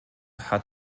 hat